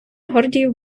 гордіїв